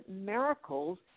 miracles